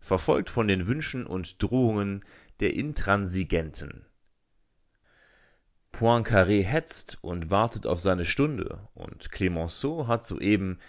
verfolgt von den wünschen und drohungen der intransigenten poincar hetzt und wartet auf seine stunde und clemenceau hat soeben